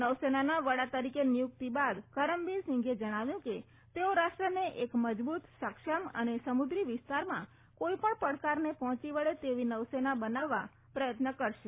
નૌસેનાના વડા તરીકે નિયૂક્તિ બાદ કરમબીર સિંઘે જણાવ્યું કે તેઓ રાષ્ટ્રને એક મજબૂત સક્ષમ અને સમૂક્રી વિસ્તારમાં કોઇ પણ પડકારને પહોંચી વળે તેવી નૌસેના બનાવવા પ્રયત્ન કરશે